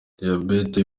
diabete